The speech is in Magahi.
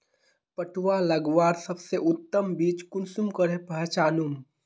पटुआ लगवार सबसे उत्तम बीज कुंसम करे पहचानूम?